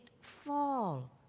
fall